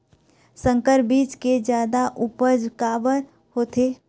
संकर बीज के जादा उपज काबर होथे?